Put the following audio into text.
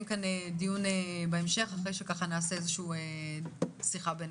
כאן דיון בהמשך אחרי שנעשה שיחה בינינו.